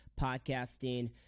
podcasting